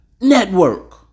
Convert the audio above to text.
network